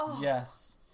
Yes